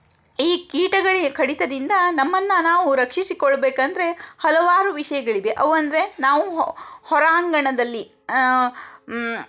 ಈ ಕೀಟಗಳ ಕಡಿತದಿಂದ ನಮ್ಮನ್ನು ನಾವು ರಕ್ಷಿಸಿಕೊಳ್ಬೇಕಂದ್ರೆ ಹಲವಾರು ವಿಷಯಗಳಿದೆ ಅವು ಅಂದರೆ ನಾವು ಹೊರಾಂಗಣದಲ್ಲಿ